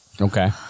Okay